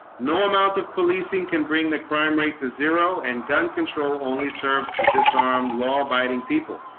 no amount of policing can bring the crime rate to zero and gun control only serves to disarm law-abiding people